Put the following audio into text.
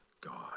God